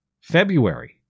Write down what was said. February